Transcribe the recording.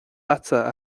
leatsa